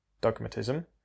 dogmatism